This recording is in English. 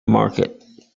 market